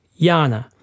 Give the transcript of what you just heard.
Yana